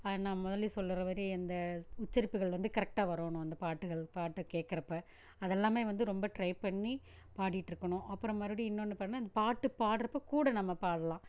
நான் முதலேயே சொல்கிற வரி அந்த உச்சரிப்புகள் வந்து கரெக்டாக வரணும் அந்த பாட்டுகள் பாட்டை கேட்குறப்ப அதெல்லாமே வந்து ரொம்ப ட்ரை பண்ணி பாடிகிட்டு இருக்கணும் அப்புறம் மறுபடியும் இன்னொன்று பாடினா அந்த பாட்டு பாடுறக்க கூட நம்ம பாடலாம்